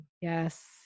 Yes